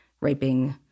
raping